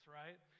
right